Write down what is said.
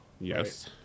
Yes